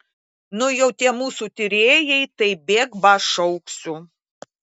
nu jau tie mūsų tyrėjai tai bėk ba šausiu